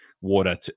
water